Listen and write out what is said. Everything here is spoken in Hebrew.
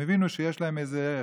הם הבינו שיש להם איזה ערך.